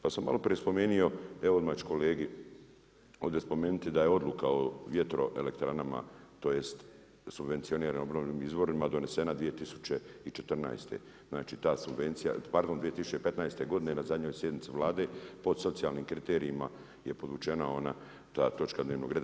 Pa sam, maloprije spomenuo, evo odmah ću kolegi ovdje spomenuti da je odluka o vjetroelektranama, tj. subvencionirana obnovljenim izvorima, donesena 2014., znači ta subvencija, pardon, 2015. godine za zadnjoj sjednici Vlade, pod socijalnim kriterijima je podvučena ona, ta točka dnevnog reda.